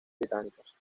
británicas